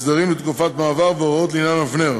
הסדרים לתקופת מעבר והוראות לעניין אבנר),